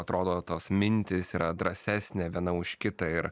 atrodo tos mintys yra drąsesnė viena už kitą ir